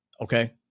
Okay